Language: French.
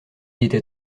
était